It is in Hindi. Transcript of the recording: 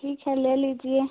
ठीक है ले लीजिए